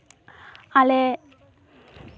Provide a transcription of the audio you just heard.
ᱟᱞᱮ